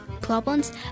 problems